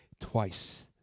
twice